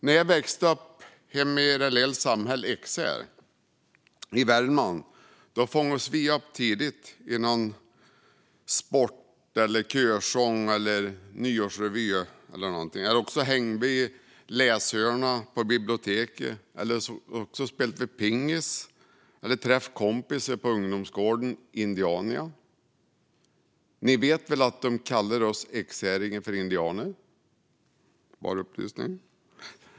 När jag växte upp hemma i det lilla samhället Ekshär i Värmland fångades vi upp tidigt i någon sport, körsång, nyårsrevyn eller någonting. Eller så hängde vi i läshörnan på biblioteket, spelade pingis eller träffade kompisar på ungdomsgården Indiania. Ni vet väl att de kallar oss ekshäringar för indianer?